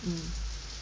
mm